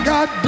God